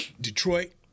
Detroit